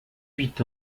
huit